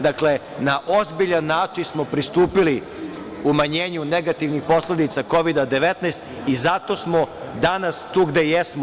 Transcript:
Dakle, na ozbiljan način smo pristupili umanjenju negativnih posledica Kovida – 19 i zato smo danas tu gde jesmo.